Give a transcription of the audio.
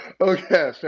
Okay